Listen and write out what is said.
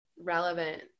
relevant